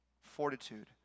fortitude